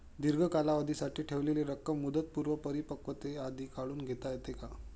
दीर्घ कालावधीसाठी ठेवलेली रक्कम मुदतपूर्व परिपक्वतेआधी काढून घेता येते का?